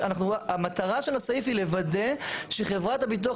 המטרה של הסעיף היא לוודא שחברת הביטוח